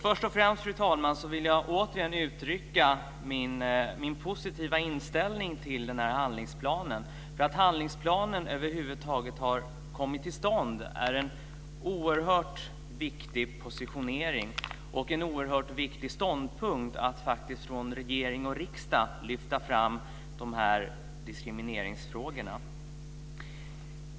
Först och främst, fru talman, vill jag återigen uttrycka min positiva inställning till den här handlingsplanen. Att handlingsplanen över huvud taget har kommit till stånd är en oerhört viktig positionering, och det är en oerhört viktig ståndpunkt att faktiskt från regering och riksdag lyfta fram de här diskrimineringsfrågorna.